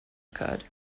occurred